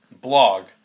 blog